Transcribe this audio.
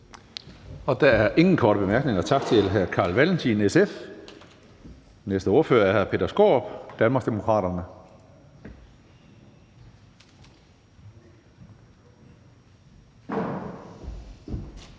Der er ingen korte bemærkninger. Tak til hr. Carl Valentin, SF. Den næste ordfører hr. Peter Skaarup, Danmarksdemokraterne.